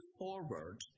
forward